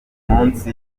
munsi